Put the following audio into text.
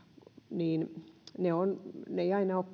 niin mielestäni ne palvelut kaikki eivät aina ole